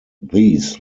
these